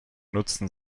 nutzen